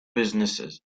businesses